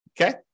Okay